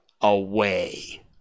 away